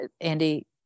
Andy